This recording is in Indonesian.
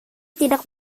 tidak